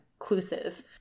inclusive